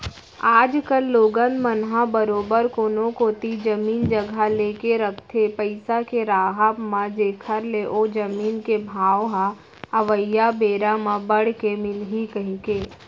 आज कल लोगन मन ह बरोबर कोनो कोती जमीन जघा लेके रखथे पइसा के राहब म जेखर ले ओ जमीन के भाव ह अवइया बेरा म बड़ के मिलही कहिके